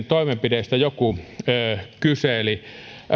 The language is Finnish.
toimenpiteistä joku kyseli